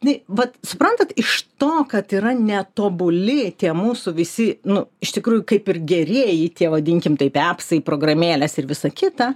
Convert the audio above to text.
žinaivat suprantat iš to kad yra netobuli tie mūsų visi nu iš tikrųjų kaip ir gerieji tie vadinkim taip epsai programėlės ir visa kita